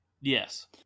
Yes